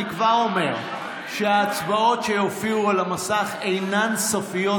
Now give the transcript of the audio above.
אני כבר אומר שההצבעות שיופיעו על המסך אינן סופיות,